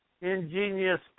ingenious